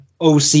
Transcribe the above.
OC